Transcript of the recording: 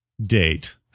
date